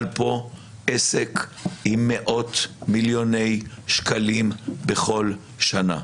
פה עסק עם מאות מיליוני שקלים בכל שנה.